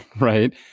right